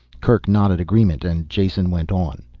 kerk nodded agreement and jason went on.